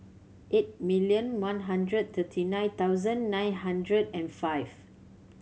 eight million one hundred thirty nine thousand nine hundred and five